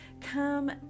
Come